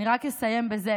אני רק אסיים בזה